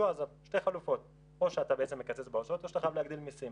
שתי חלופות: או שאתה בעצם מקצץ בהוצאות או שאתה חייב להגדיל מיסים.